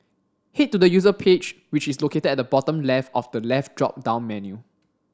head to the user page which is located at the bottom left of the left drop down menu